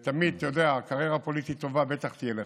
אתה יודע, קריירה פוליטית טובה בטח תהיה לך,